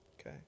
okay